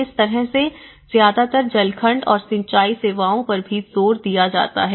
इस तरह से ज्यादातर जल खंड और सिंचाई सेवाओं पर भी जोर दिया जाता है